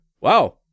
Wow